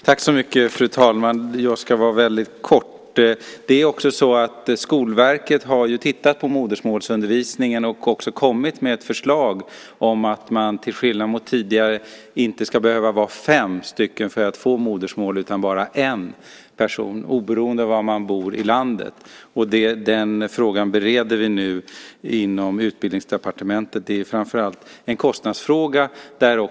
Fru talman! Jag ska fatta mig kort. Skolverket har tittat på modersmålsundervisningen och kommit med ett förslag om att det till skillnad mot tidigare inte ska behöva vara fem personer för att man ska få modersmålsundervisning, utan bara en person, oberoende av var i landet man bor. Den frågan bereder vi nu inom Utbildningsdepartementet. Det är framför allt en kostnadsfråga.